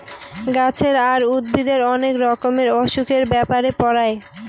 গাছের আর উদ্ভিদের অনেক রকমের অসুখের ব্যাপারে পড়ায়